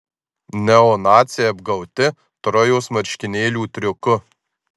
neonaciai apgauti trojos marškinėlių triuku